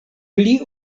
pli